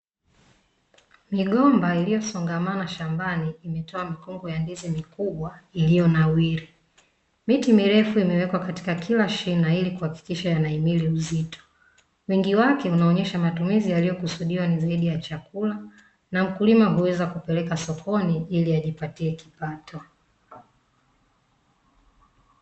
Migomba iliyosongamana shambani, imetoa mikungu ya ndizi mikubwa iliyonawiri. Miti mirefu imewekwa katika kia shina ili kuhakikisha yanahimili uzito. Wingi wake, unaonyesha matumizi yaliyokusudiwa ni zaidi ya chakula, na mkulima huweza kupeleka sokoni , ili ajipatie kipato.